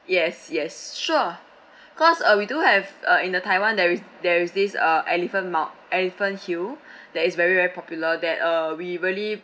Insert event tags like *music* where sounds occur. yes yes sure *breath* because uh we do have uh in the taiwan there is there is this uh elephant mount~ elephant hill *breath* that is very very popular that uh we really